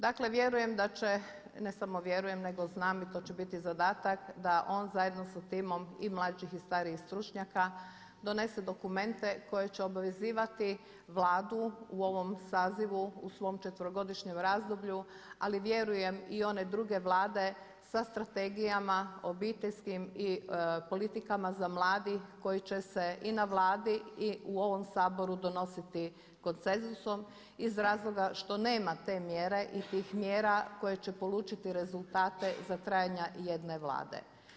Dakle, vjerujem da će, ne samo vjerujem nego znam i to će biti zadatak da on zajedno sa timom i mlađih i starijih stručnjaka donese dokumente koji će obvezivati Vladu u ovom sazivu u svom četverogodišnjem razdoblju ali vjerujem i one druge vlade sa strategijama obiteljskim i politikama za mlade koji će se i na Vladi i u ovom Saboru donositi konsenzusom iz razloga što nema te mjere i tih mjera koje će polučiti rezultate za trajanja jedne Vlade.